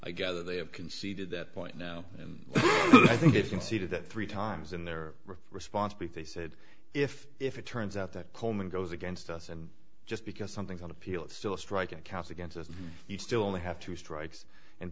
i gather they have conceded that point now and i think you can see to that three times in their response be they said if if it turns out that coleman goes against us and just because something's on appeal it's still a strike and cast against us he still only have two strikes and